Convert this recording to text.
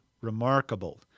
remarkable